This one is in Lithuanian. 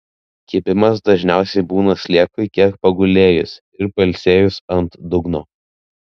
kibimas dažniausiai būna sliekui kiek pagulėjus ir pailsėjus ant dugno